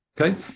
Okay